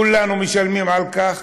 כולנו משלמים על כך,